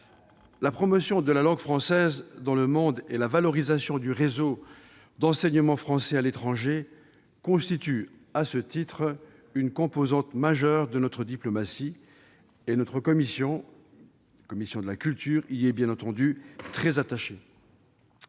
La promotion de la langue française dans le monde et la valorisation du réseau d'enseignement français à l'étranger constituent à ce titre une composante majeure de notre diplomatie, et la commission de la culture y est bien entendu très attachée.